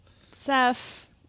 Seth